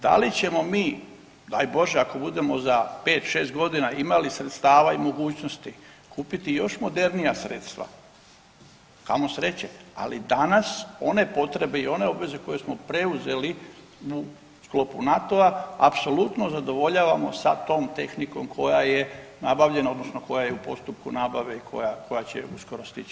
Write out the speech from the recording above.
Da li ćemo mi, daj Bože ako budemo za 5-6 godina imali sredstava i mogućnosti kupiti još modernija sredstva kamo sreće, ali danas one potrebe i one obveze koje smo preuzeli u sklopu NATO-a apsolutno zadovoljavamo sa tom tehnikom koja je nabavljena odnosno koja je u postupku nabave i koja, koja će uskoro stići u RH.